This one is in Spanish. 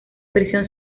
prisión